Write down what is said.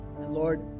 Lord